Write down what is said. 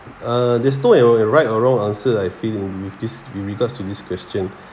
uh there's no a right or wrong answer I feel in with this with regards to this question